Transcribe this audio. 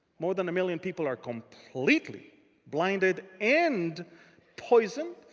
more than a million people are completely blinded, and poisoned,